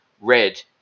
red